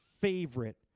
favorite